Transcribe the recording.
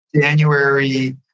January